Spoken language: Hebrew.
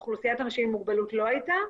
אוכלוסיית אנשים עם מוגבלות לא הייתה.